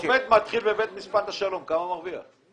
שמתחיל בבית משפט השלום, כמה הוא מרוויח?